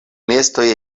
nestoj